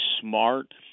smart